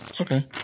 Okay